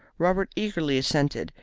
robert eagerly assented,